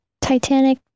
titanic